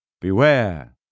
Beware